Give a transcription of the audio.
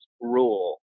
rule